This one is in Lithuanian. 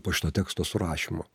po šito teksto surašymo